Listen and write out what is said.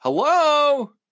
Hello